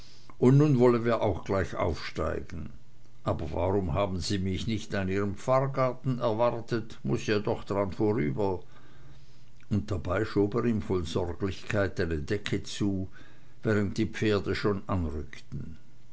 und nun wollen wir auch gleich aufsteigen aber warum haben sie mich nicht an ihrem pfarrgarten erwartet muß ja doch dran vorüber und dabei schob er ihm voll sorglichkeit eine decke zu während die pferde schon anrückten